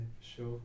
sure